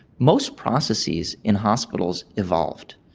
most processes in hospitals evolved.